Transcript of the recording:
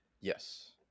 Yes